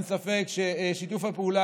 אין ספק ששיתוף הפעולה,